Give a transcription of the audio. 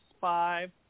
five